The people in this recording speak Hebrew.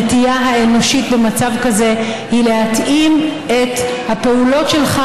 הנטייה האנושית במצב כזה היא להתאים את הפעולות שלך